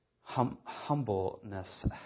Humbleness